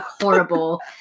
horrible